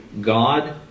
God